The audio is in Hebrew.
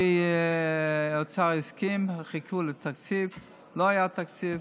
האוצר הסכים, חיכו לתקציב, ולצערי לא היה תקציב.